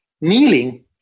kneeling